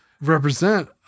represent